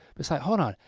it's like, hold on,